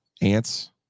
Ants